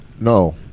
No